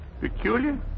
Peculiar